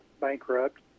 bankrupt